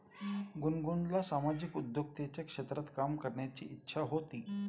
गुनगुनला सामाजिक उद्योजकतेच्या क्षेत्रात काम करण्याची इच्छा होती